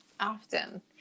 Often